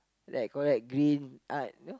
that collect green art you know